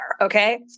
okay